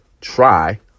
try